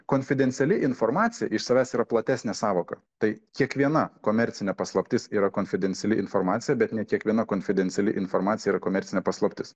konfidenciali informacija iš savęs yra platesnė sąvoka tai kiekviena komercinė paslaptis yra konfidenciali informacija bet ne kiekviena konfidenciali informacija yra komercinė paslaptis